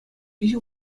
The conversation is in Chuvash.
виҫӗ